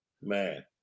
Man